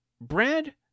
Brad